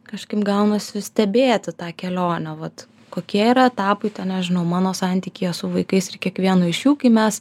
kažkaip gaunasi stebėti tą kelionę vat kokie yra etapai ten nežinau mano santykyje su vaikais ir kiekvienu iš jų kai mes